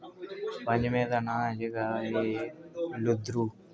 पञ्जमे दा नांऽ ऐ जेह्का ए लुद्दरु